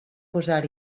posar